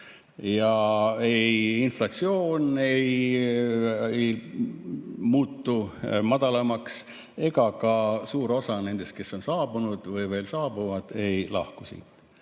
midagi. Inflatsioon ei muutu madalamaks ja suur osa nendest, kes on saabunud või veel saabuvad, ei lahku siit.